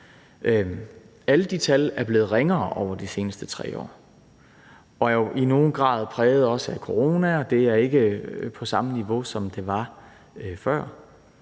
Alle de tal er blevet ringere over de seneste 3 år og er jo i nogen grad også præget af corona, og det er ikke på samme niveau, som det var før.